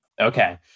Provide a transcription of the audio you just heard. Okay